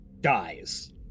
dies